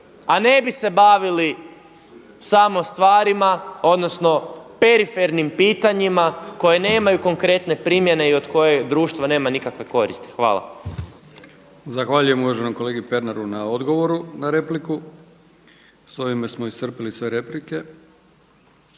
a ne bi se baviti samo stvarima odnosno perifernim pitanjima koje nemaju konkretne primjene i od koje društvo nema nikakve koristi. Hvala. **Brkić, Milijan (HDZ)** Zahvaljujem uvaženom kolegi Pernaru na odgovoru na repliku. S ovime smo iscrpili sve replike.